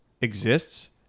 exists